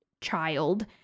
child